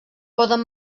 poden